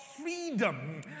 freedom